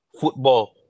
football